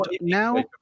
now